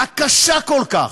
הקשה כל כך,